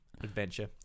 adventure